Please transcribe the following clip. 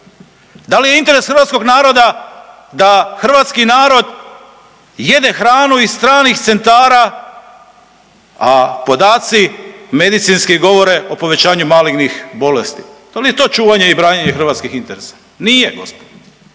Da li je interes hrvatskog naroda da hrvatski narod jede hranu iz stranih centara, a podaci medicinski govore o povećanju medicinskih bolesti? Da li je to čuvanje i branjenje hrvatskih interesa? Nije gospodo.